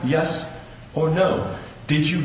yes or no did you